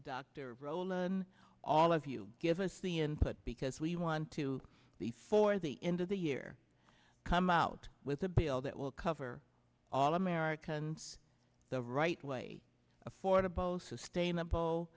dr rolen all of you give us the input because we want to before the end of the year come out with a bill that will cover all americans the right way affordable sustainable